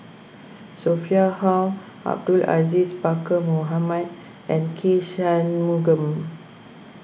Sophia Hull Abdul Aziz Pakkeer Mohamed and K Shanmugam